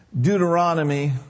Deuteronomy